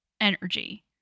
energy